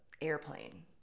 airplane